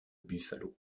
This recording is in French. buffalo